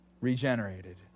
Regenerated